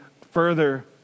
further